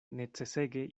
necesege